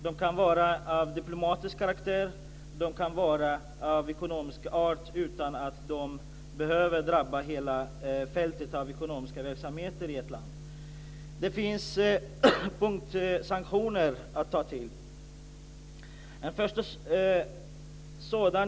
De kan vara av diplomatisk karaktär, och de kan vara av ekonomisk art utan att de behöver drabba hela fältet av ekonomiska verksamheter i ett land. Det finns punktsanktioner att ta till.